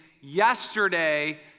yesterday